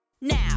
now